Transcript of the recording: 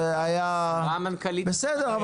זה היה --- אמרה המנכ"לית --- בסדר,